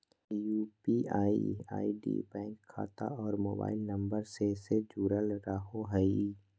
UPI ID bank खाता और mobile number से से जुरल रहो हइ